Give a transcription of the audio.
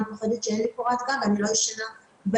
פוחדת שלא תהיה לה קורת גג והיא לא ישנה בלילות.